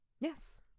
Yes